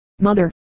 Mother